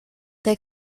they